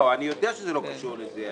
אני יודע שזה לא קשור לזה.